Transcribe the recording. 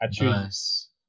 nice